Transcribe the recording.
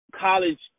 college